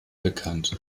bekannt